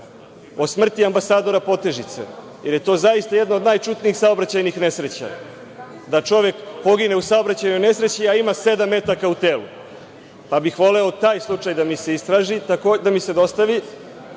o smrti ambasadora Potežice jer je to zaista jedna od najčudnijih saobraćajnih nesreća, da čovek pogine u saobraćajnoj nesreći, a da ima sedam metaka u telu, pa bih voleo taj slučaj da mi se dostavi, da vidimo